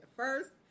first